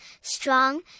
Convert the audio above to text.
strong